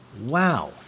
Wow